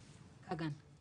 קגן.